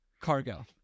Cargo